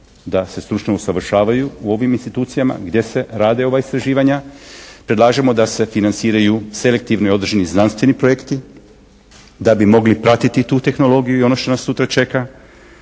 da se stručno usavršavaju u ovim institucijama gdje se rade ova istraživanja. Predlažemo da se financiraju selektivni određeni znanstveni projekti da bi mogli pratiti tu tehnologiju i ono što nas sutra čeka.